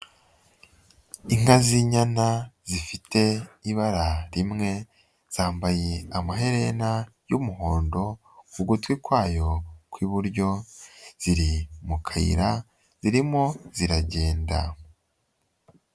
Inka z'inyana zifite ibara rimwe zambaye amaherena y'umuhondo ku gutwi kwayo kw'iburyo ziri mu kayira zirimo ziragenda.